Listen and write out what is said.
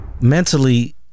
mentally